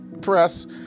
press